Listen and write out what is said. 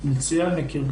מכיר.